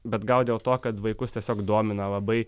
bet gal dėl to kad vaikus tiesiog domina labai